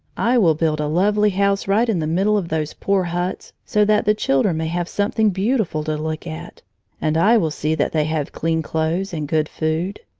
i will build a lovely house right in the middle of those poor huts, so that the children may have something beautiful to look at and i will see that they have clean clothes and good food.